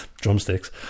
Drumsticks